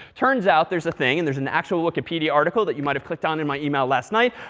turns out, there's a thing. and there's an actual wikipedia article that you might have clicked on in my email last night,